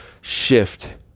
shift